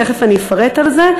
ותכף אני אפרט על זה.